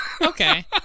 Okay